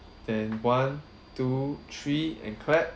then one two three and clap